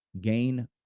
gain